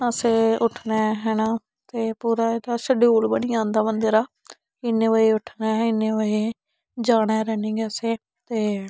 असें उट्ठना ऐ है ना एह् पूरा स्डियूल बनी जंदा ऐ बंदे दा इन्ने बजे उट्ठना ऐ इन्ने बजे जाना ऐ रनिंग असें ते